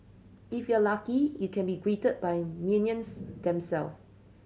if you're lucky you can be greeted by minions themself